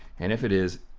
and if it is,